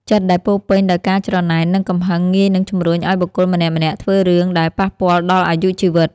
ចិត្តដែលពោរពេញដោយការច្រណែននិងកំហឹងងាយនឹងជម្រុញឱ្យបុគ្គលម្នាក់ៗធ្វើរឿងដែលប៉ះពាល់ដល់អាយុជីវិត។